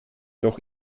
doch